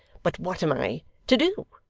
but what am i to do?